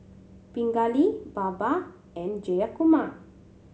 Pingali Baba and Jayakumar